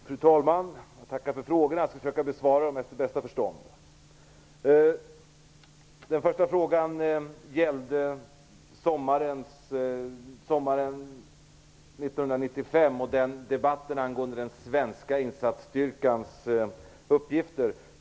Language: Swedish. Fru talman! Jag tackar för frågorna. Jag skall försöka besvara dem efter bästa förstånd. Den första frågan gällde sommaren 1995 och debatten angående den svenska insatsstyrkans uppgifter.